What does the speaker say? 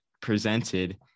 presented